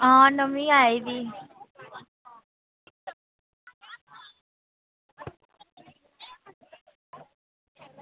आं नमीं आई दी